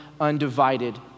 undivided